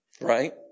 Right